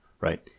right